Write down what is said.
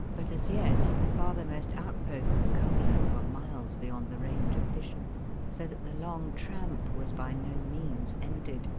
but as yet the farthermost outposts of cumberland were miles beyond the range of vision, so that the long tramp was by no means ended,